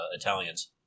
Italians